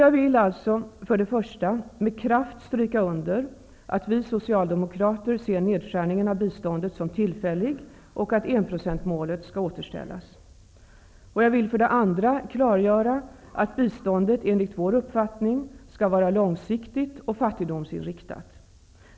Jag vill alltså för det första med kraft stryka under att vi Socialdemokrater ser nedskärningen av biståndet som tillfällig och att enprocentsmålet skall återställas. Jag vill för det andra klargöra att biståndet enligt vår uppfattning skall vara långsiktigt och fattigdomsinriktat.